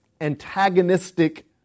antagonistic